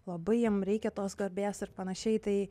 labai jiem reikia tos garbės ir panašiai tai